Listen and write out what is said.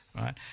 Right